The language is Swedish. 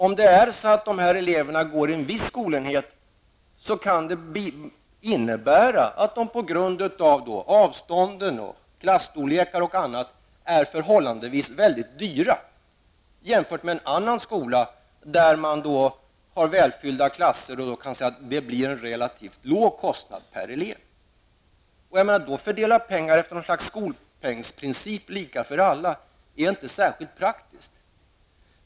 Om eleverna går i en viss skolenhet kan det innebära att de på grund av avstånd, klasstorlekar och annat är förhållandevis dyra jämfört med en annan skola där man har välfyllda klasser och kostnaden per elev blir relativt låg. Att då fördela pengar efter något slags skolpengsprincip, lika för alla, är inte särskilt praktiskt.